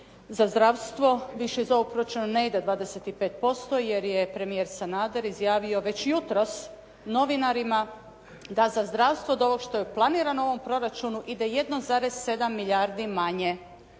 za zdravstvo. Više iz ovoga proračuna ne ide 25% jer je premijer Sanader izjavio već jutros novinarima da za zdravstvo od ovog što je planirano u ovom proračunu ide 1,7 milijardi manje.